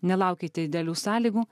nelaukite idealių sąlygų